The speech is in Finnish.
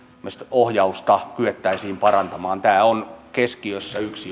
ohjausta kyettäisiin parantamaan tämä on keskiössä yksi